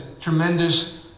tremendous